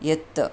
यत्